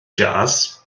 jazz